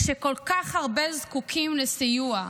כשכל כך הרבה זקוקים לסיוע: